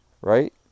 right